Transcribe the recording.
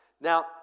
Now